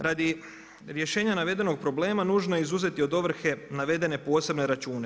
Radi rješenja navedenog problema nužno je izuzeti od ovrhe navedene posebne račune.